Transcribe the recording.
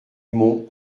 mont